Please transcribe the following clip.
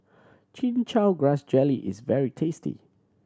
Chin Chow Grass Jelly is very tasty